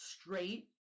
straight